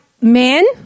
men